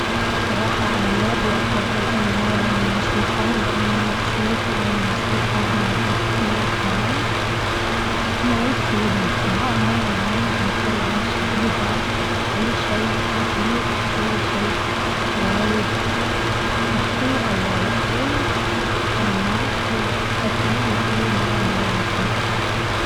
صراحة أنا ما أبي أفضي أي نوع من الموسيقى لأني اشوف أن الموسيقى قعدت تصير حرام. ما يصير نسمعها ما نسويش بها أي شيء مفيد أو أي شيء وايد صحي أو وايد حلو ما أحب أسمع لأي نوع من الموسيقى.